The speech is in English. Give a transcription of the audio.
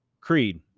Creed